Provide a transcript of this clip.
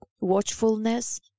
watchfulness